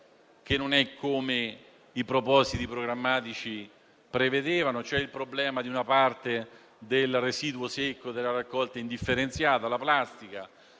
che non è come i propositi programmatici prevedevano; c'è il problema di una parte del residuo secco della raccolta indifferenziata, la plastica.